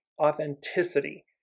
authenticity